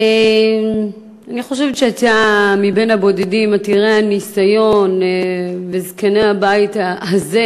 אני חושבת שאתה מבין הבודדים עתירי הניסיון וזקני הבית הזה,